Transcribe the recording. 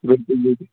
بِلکُل بِلکُل